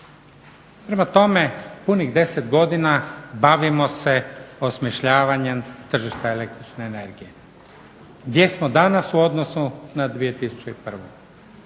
Prema tome, punih deset godina bavimo se osmišljavanjem tržišta električne energije. Gdje smo danas u odnosu na 2001.